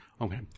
Okay